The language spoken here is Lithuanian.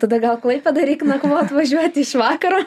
tada gal klaipėdoj reik nakvot važiuoti iš vakaro